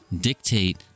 dictate